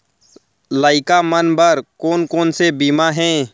लइका मन बर कोन कोन से बीमा हे?